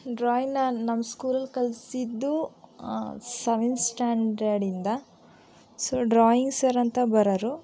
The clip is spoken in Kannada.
ಡ್ರಾಯಿಂಗನ್ನು ನಮ್ಮ ಸ್ಕೂಲಲ್ಲಿ ಕಲಿಸಿದ್ದು ಸೆವೆನ್ತ್ ಸ್ಟ್ಯಾಂಡರ್ಡಿಂದ ಸೊ ಡ್ರಾಯಿಂಗ್ ಸರ್ ಅಂತ ಬರೋರು